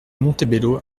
montebello